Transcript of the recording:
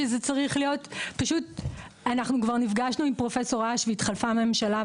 אנחנו כבר נפגשנו עם פרופסור אש והתחלפה ממשלה,